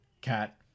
Cat